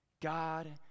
God